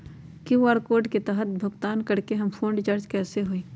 QR code के तहद भुगतान करके हम फोन रिचार्ज कैसे होई?